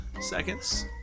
seconds